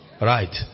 Right